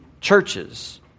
churches